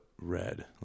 red